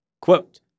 quote